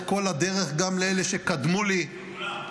כל הדרך גם לאלה שקדמו לי -- לכולם.